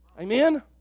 Amen